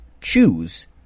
choose